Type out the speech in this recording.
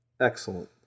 Excellent